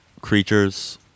creatures